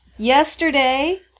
Yesterday